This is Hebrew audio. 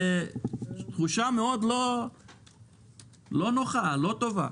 זה תחושה מאוד לא נוחה, לא טובה.